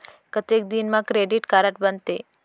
कतेक दिन मा क्रेडिट कारड बनते?